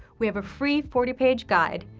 we have a free forty page guide.